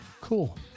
Cool